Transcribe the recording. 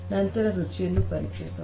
ನಂತರ ರುಚಿಯನ್ನು ಪರೀಕ್ಷಿಸೋಣ